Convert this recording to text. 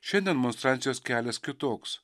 šiandien monstrancijos kelias kitoks